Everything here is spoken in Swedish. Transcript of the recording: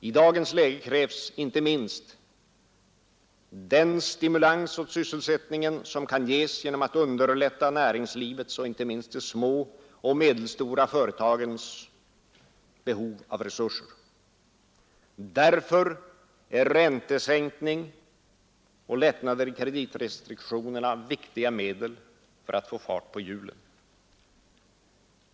I dagens läge krävs inte minst den stimulans åt sysselsättningen som kan ges genom att bättre tillgodose näringslivets — inte minst de små och medelstora företagens — behov av resurser. Därför är räntesänkning och lättnader i kreditrestrik tionerna viktiga medel för att få fart på hjulen.